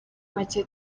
make